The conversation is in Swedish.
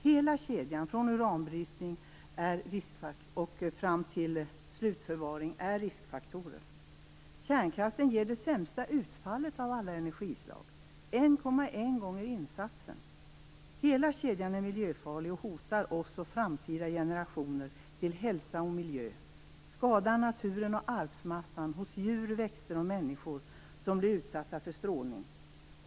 Hela kedjan, från uranbrytning till slutförvaring, innehåller riskfaktorer. Kärnkraften ger det sämsta utfallet av alla energislag - 1,1 gånger insatsen. Hela kedjan är miljöfarlig, hotar oss och framtida generationer till hälsa och miljö samt skadar naturen och arvsmassan hos djur, växter och människor som blir utsatta för strålning.